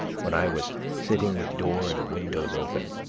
when i was sitting with door and windows open,